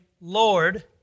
Lord